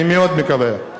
אני מאוד מקווה.